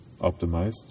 optimized